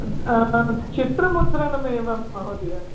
चित्रमुद्रणमेव महोदय